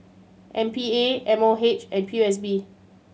M P A M O H and P O S B